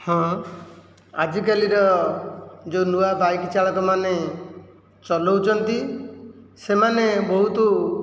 ହଁ ଆଜିକାଲିର ଯେଉଁ ନୂଆ ବାଇକ ଚାଳକମାନେ ଚଲାଉଚନ୍ତି ସେମାନେ ବହୁତ